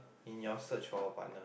in your search for a partner